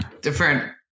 different